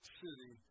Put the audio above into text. city